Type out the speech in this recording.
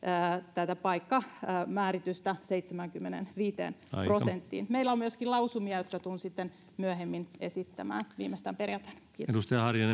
tätä paikkamääritystä seitsemäänkymmeneenviiteen prosenttiin meillä on myöskin lausumia jotka tulen sitten myöhemmin esittämään viimeistään perjantaina kiitos